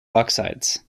oxides